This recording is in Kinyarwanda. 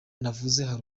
navuze